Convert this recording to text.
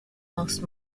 last